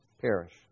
perish